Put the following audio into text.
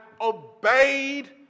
obeyed